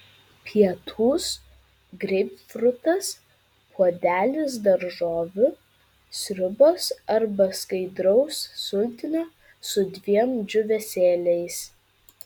pietūs greipfrutas puodelis daržovių sriubos arba skaidraus sultinio su dviem džiūvėsėliais